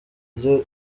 ryo